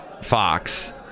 Fox